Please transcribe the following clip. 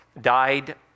died